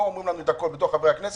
פה אומרים לנו הכול כחברי הכנסת,